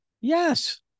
Yes